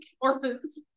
orphans